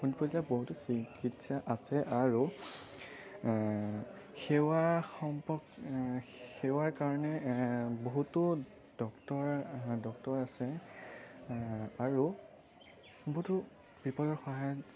শোণিতপুৰ জিলাত বহুতো চিকিৎসা আছে আৰু সেৱা সম্প সেৱাৰ কাৰণে বহুতো ডক্টৰ ডক্টৰ আছে আৰু বহুতো বিপদৰ সহায়ত